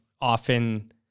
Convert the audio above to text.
often